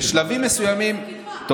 הקומוניזם נגמר, רק שתדע.